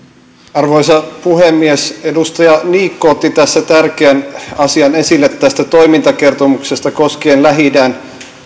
arvoisa puhemies edustaja niikko otti tärkeän asian esille tästä toimintakertomuksesta koskien lähi idän